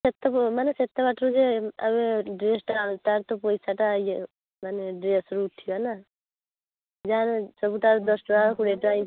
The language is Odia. କେତେକ ମାନେ କେତେ ବାଟରେ ଯାଏଁ ଆମେ ଡ୍ରେସ୍ଟା ଆଣୁ ତା'ଠାରୁ ପଇସାଟା ଇଏ ମାନେ ଡ୍ରେସ୍ରୁ ଉଠେଇବାନା ନା ସବୁତ ଆଉ ଦଶଟଙ୍କା କୋଡ଼ିଏ ଟଙ୍କା